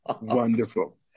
Wonderful